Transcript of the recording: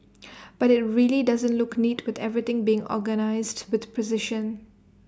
but IT really doesn't look neat with everything being organised with precision